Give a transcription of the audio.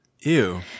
Ew